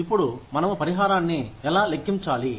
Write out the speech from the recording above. ఇప్పుడు మనము పరిహారాన్ని ఎలా లెక్కించాలి